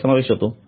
चा समावेश होतो